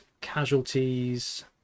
casualties